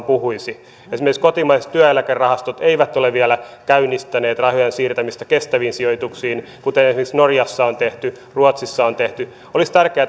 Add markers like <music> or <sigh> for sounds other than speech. <unintelligible> puhuisi esimerkiksi kotimaiset työeläkerahastot eivät ole vielä käynnistäneet rahojen siirtämistä kestäviin sijoituksiin kuten esimerkiksi norjassa on tehty ruotsissa on tehty olisi tärkeää että